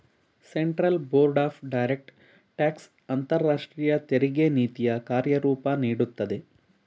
central board of direct tax ಅಂತರಾಷ್ಟ್ರೀಯ ತೆರಿಗೆ ನೀತಿಯ ಕಾರ್ಯರೂಪ ನೀಡುತ್ತದೆ